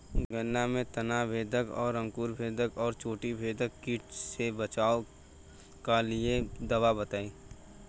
गन्ना में तना बेधक और अंकुर बेधक और चोटी बेधक कीट से बचाव कालिए दवा बताई?